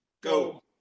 go